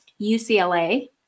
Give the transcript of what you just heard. ucla